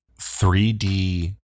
3D